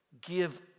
Give